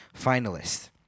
Finalists